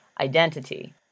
identity